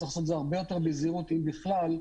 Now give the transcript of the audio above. צריך הרבה יותר בזהירות, אם בכלל,